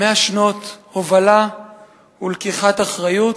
100 שנות הובלה ולקיחת אחריות,